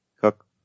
Cook